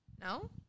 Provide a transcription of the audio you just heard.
No